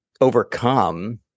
overcome